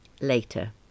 Later